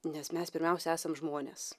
nes mes pirmiausia esam žmonės